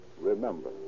Remember